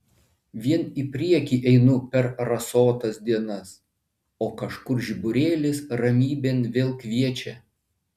vien į priekį einu per rasotas dienas o kažkur žiburėlis ramybėn vėl kviečia